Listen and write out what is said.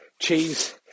cheese